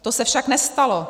To se však nestalo.